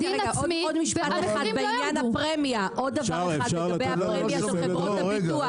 עוד משפט אחד בעניין הפרמיה של חברות הביטוח.